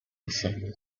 descended